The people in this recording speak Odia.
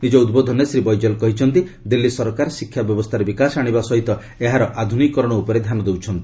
ନିକ ଉଦ୍ବୋଧନରେ ଶ୍ରୀ ବୈଜଲ୍ କହିଛନ୍ତି ଦିଲ୍ଲୀ ସରକାର ଶିକ୍ଷା ବ୍ୟବସ୍ଥାରେ ବିକାଶ ଆଣିବା ସହିତ ଏହାର ଆଧୁନିକୀକରଣ ଉପରେ ଧ୍ୟାନ ଦେଉଛନ୍ତି